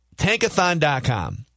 Tankathon.com